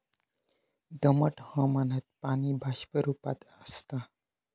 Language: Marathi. दमट हवामानात पाणी बाष्प रूपात आसता